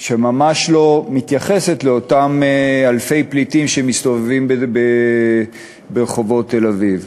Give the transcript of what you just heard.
כשהוא ממש לא מתייחס לאותם אלפי פליטים שמסתובבים ברחובות תל-אביב.